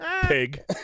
Pig